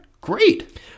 great